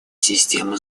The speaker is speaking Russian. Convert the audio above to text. систему